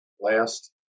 last